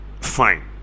fine